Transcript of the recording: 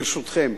ברשותכם,